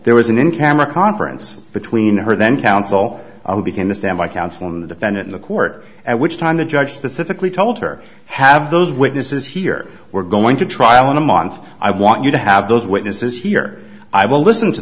there was an in cameron conference between her then counsel became the standby counsel and the defendant in the court at which time the judge pacifically told her have those witnesses here we're going to trial in a month i want you to have those witnesses here i will listen to